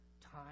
time